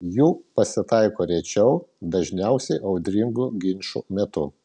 jų pasitaiko rečiau dažniausiai audringų ginčų metu